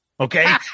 Okay